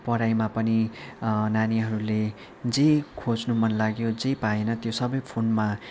पढाइमा पनि नानीहरूले जे खोज्नु मनलाग्यो जे पाएन त्यो सबै फोनमा